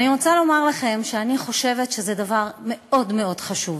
אני רוצה לומר לכם שאני חושבת שזה דבר מאוד מאוד חשוב,